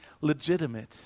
legitimate